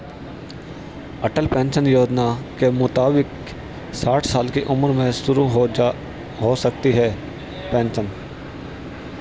अटल pension योजना के मुताबिक साठ साल की उम्र में शुरू हो सकती है पेंशन